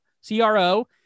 C-R-O